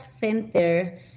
center